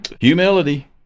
Humility